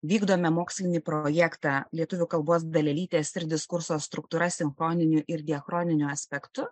vykdome mokslinį projektą lietuvių kalbos dalelytės ir diskurso struktūra sinchroniniu ir diachroniniu aspektu